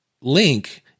link –